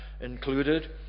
included